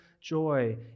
joy